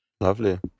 Lovely